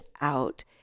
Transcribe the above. out